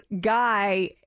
guy